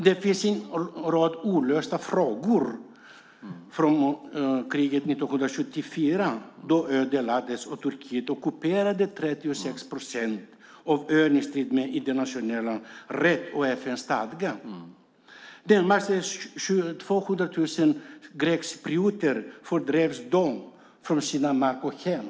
Det finns en rad olösta frågor från kriget 1974, då ön delades och Turkiet ockuperade 36 procent av ön i strid med internationell rätt och FN-stadgan. Närmare 200 000 grekcyprioter fördrevs från sin mark och sina hem.